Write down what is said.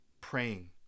praying